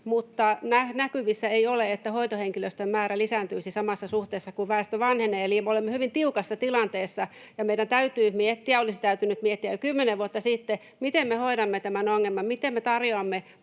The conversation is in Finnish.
mutta näkyvissä ei ole, että hoitohenkilöstön määrä lisääntyisi samassa suhteessa kuin väestö vanhenee. Eli me olemme hyvin tiukassa tilanteessa, ja meidän täytyy miettiä ja olisi täytynyt miettiä jo kymmenen vuotta sitten, miten me hoidamme tämän ongelman, miten me tarjoamme